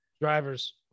Drivers